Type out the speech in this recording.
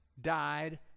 died